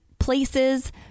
places